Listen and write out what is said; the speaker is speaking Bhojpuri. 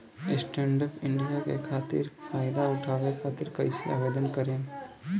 स्टैंडअप इंडिया के फाइदा उठाओ खातिर कईसे आवेदन करेम?